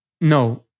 No